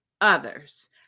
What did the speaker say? others